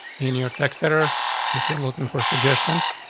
in your text. better if you're looking for suggestions.